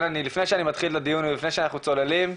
שאני מתחיל את הדיון ולפני שאנחנו צוללים,